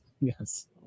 Yes